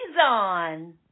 on